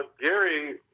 Gary